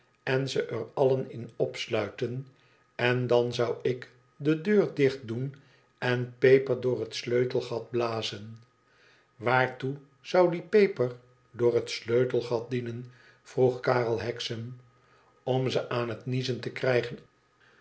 en ze er allen in opsluiten en dan zou de deur dichtdoen en peper door het sluite gat blazen i waartoe zou die peper door het sleutelgat dienen vroeg karel hexam om ze aan het niezen te krijgen